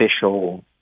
official